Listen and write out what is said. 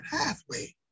pathway